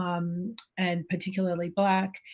um and particularly black.